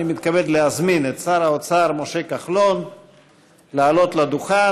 אני מתכבד להזמין את שר האוצר משה כחלון לעלות לדוכן.